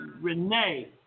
Renee